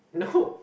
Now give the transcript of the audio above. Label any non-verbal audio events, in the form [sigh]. no [laughs]